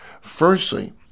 Firstly